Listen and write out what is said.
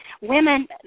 women